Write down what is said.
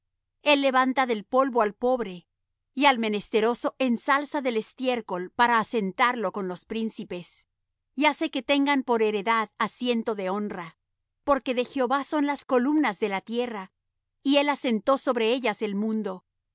el levanta del polvo al pobre y al menesteroso ensalza del estiércol para asentarlo con los príncipes y hace que tengan por heredad asiento de honra porque de jehová son las columnas de la tierra y él asentó sobre ellas el mundo